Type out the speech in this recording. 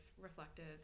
reflective